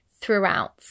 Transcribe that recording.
throughout